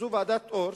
זו ועדת-אור,